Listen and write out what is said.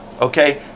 okay